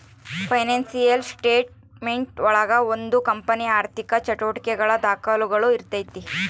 financial statement ಒಳಗ ಒಂದು ಕಂಪನಿಯ ಆರ್ಥಿಕ ಚಟುವಟಿಕೆಗಳ ದಾಖುಲುಗಳು ಇರ್ತೈತಿ